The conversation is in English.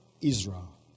Israel